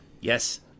Yes